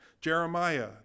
Jeremiah